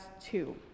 two